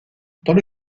dans